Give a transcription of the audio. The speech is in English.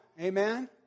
Amen